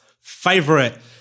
favorite